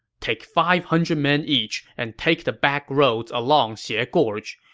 take five hundred men each and take the backroads along xie gorge.